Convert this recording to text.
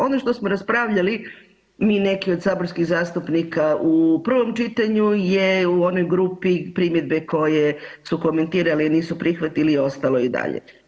Ono što smo raspravljali mi neki od saborskih zastupnika u prvom čitanju je u onoj grupi primjedbe koje su komentirali, a nisu prihvatili ostalo je i dalje.